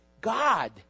God